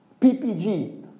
PPG